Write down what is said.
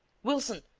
wilson,